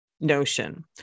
notion